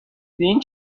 این